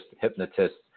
hypnotists